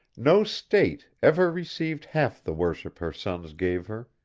no state ever received half the worship her sons gave her.